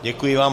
Děkuji vám.